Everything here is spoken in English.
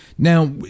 Now